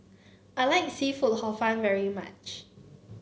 I like seafood Hor Fun very much